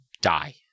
die